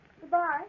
Goodbye